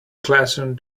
classroom